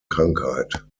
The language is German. krankheit